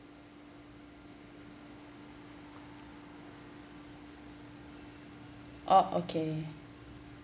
oh okay